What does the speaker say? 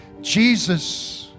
Jesus